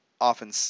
often